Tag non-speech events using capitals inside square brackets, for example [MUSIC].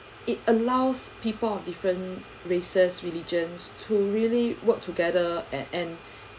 it allows people of different races religions to really work together and and [BREATH]